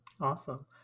Awesome